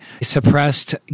suppressed